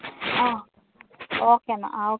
ആ ഓക്കെ എന്നാൽ ആ ഓക്കെ